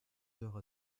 heures